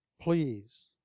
please